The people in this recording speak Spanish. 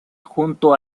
junto